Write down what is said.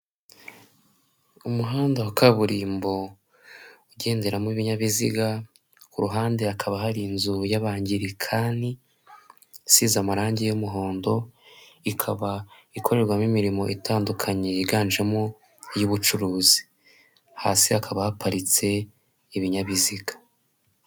Umuhanda wa kaburimbo ugenderamo ibinyabiziga, ku ruhande hakaba hari inzu y'Abangilikani isize amarangi y'umuhondo, ikaba ikorerwamo imirimo itandukanye yiganjemo iy'ubucuruzi. Hasi hakaba haparitse ibinyabiziga.